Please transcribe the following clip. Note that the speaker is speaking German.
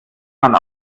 man